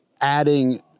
adding